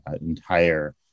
entire